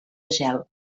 gel